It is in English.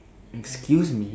excuse me